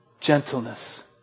Gentleness